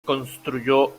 construyó